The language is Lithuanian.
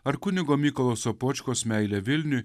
ar kunigo mykolo sopočkos meilę vilniui